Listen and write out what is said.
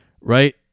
right